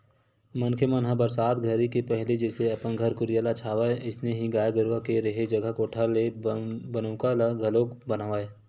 मनखे मन ह बरसात घरी के पहिली जइसे अपन घर कुरिया ल छावय अइसने ही गाय गरूवा के रेहे जघा कोठा के बनउका ल घलोक बनावय